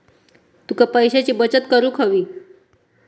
तुका पैशाची बचत करूक हवी